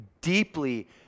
deeply